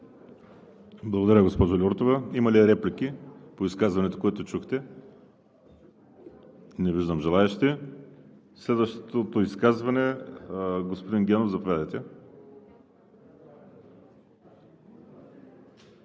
Благодаря, господин Генов.